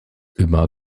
über